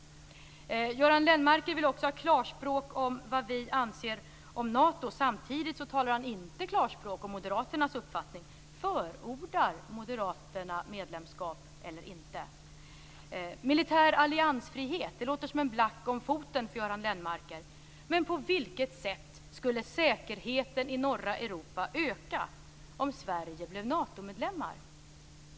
Göran Lennmarker vill också ha klarspråk om vad vi anser om Nato. Samtidigt talar han inte klarspråk om Moderaternas uppfattning. Förordar Moderaterna medlemskap eller inte? Militär alliansfrihet låter som en black om foten för Göran Lennmarker, men på vilket sätt skulle säkerheten i norra Europa öka om Sverige blev Natomedlem?